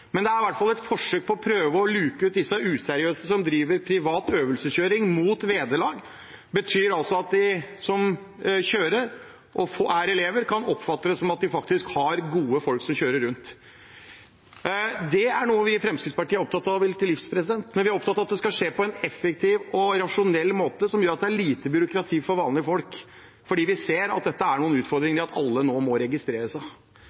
men det er i hvert fall et forsøk på å prøve å luke ut de useriøse som driver med privat øvelseskjøring mot vederlag, noe som altså betyr at elever kan oppfatte at de faktisk har gode folk som kjører rundt. Dette er noe vi i Fremskrittspartiet er opptatt av og vil til livs, men vi er opptatt av at det skal skje på en effektiv og rasjonell måte som gjør at det blir lite byråkrati for vanlige folk, for vi ser at det er noen utfordringer ved at alle nå må registrere seg.